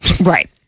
right